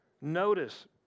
Notice